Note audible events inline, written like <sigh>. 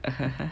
<laughs>